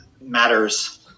matters